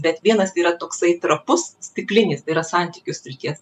bet vienas yra toksai trapus stiklinis yra santykių srities